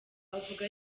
avuga